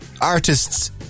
artist's